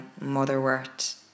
motherwort